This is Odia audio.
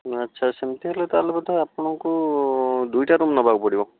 ଆଚ୍ଛା ସେମିତି ହେଲେ ତ ଆପଣଙ୍କୁ ଦୁଇଟା ରୁମ୍ ନେବାକୁ ପଡ଼ିବ